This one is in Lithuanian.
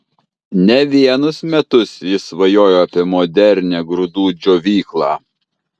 ne vienus metus jis svajojo apie modernią grūdų džiovyklą